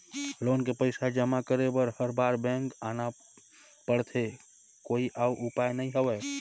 Loan के पईसा जमा करे बर हर बार बैंक आना पड़थे कोई अउ उपाय नइ हवय?